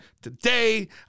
today